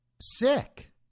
sick